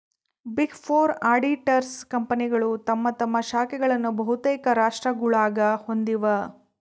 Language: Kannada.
ಬಿಗ್ ಫೋರ್ ಆಡಿಟರ್ಸ್ ಕಂಪನಿಗಳು ತಮ್ಮ ತಮ್ಮ ಶಾಖೆಗಳನ್ನು ಬಹುತೇಕ ರಾಷ್ಟ್ರಗುಳಾಗ ಹೊಂದಿವ